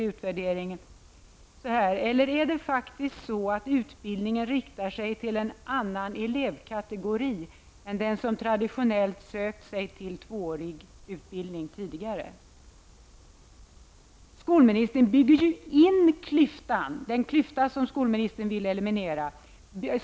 I utvärderingen säger man: -- eller är det faktiskt så att utbildningen riktar sig till en annan elevkategori än den som traditionellt söker sig till tvååriga utbildningar tidigare?'' Genom treårigheten bygger statsrådet ju in den klyfta som han vill eliminera.